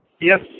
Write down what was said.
Yes